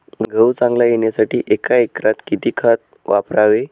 गहू चांगला येण्यासाठी एका एकरात किती खत वापरावे?